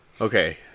Okay